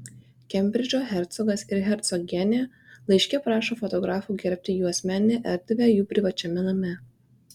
kembridžo hercogas ir hercogienė laiške prašo fotografų gerbti jų asmeninę erdvę jų privačiame name